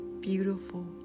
beautiful